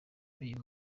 uyu